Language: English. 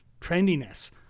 trendiness